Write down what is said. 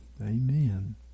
Amen